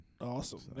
Awesome